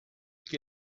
que